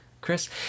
Chris